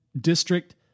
district